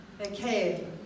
Okay